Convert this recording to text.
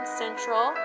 central